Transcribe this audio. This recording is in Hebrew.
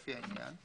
לפי העניין.